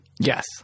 Yes